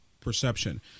perception